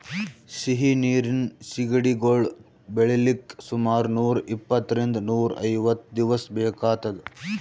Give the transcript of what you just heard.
ಸಿಹಿ ನೀರಿನ್ ಸಿಗಡಿಗೊಳ್ ಬೆಳಿಲಿಕ್ಕ್ ಸುಮಾರ್ ನೂರ್ ಇಪ್ಪಂತ್ತರಿಂದ್ ನೂರ್ ಐವತ್ತ್ ದಿವಸ್ ಬೇಕಾತದ್